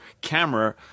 camera